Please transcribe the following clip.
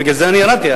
בגלל זה אני ירדתי,